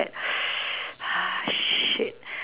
uh shit